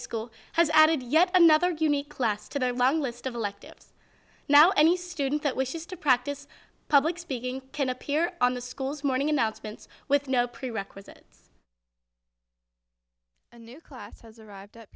school has added yet another gimme class to the long list of electives now any student that wishes to practice public speaking can appear on the school's morning announcements with no prerequisites a new class has arrived at